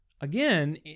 Again